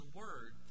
word